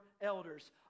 elders